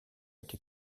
été